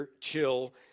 chill